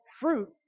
fruit